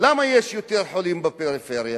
למה יש יותר חולים בפריפריה?